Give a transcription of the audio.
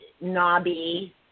knobby